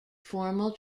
formal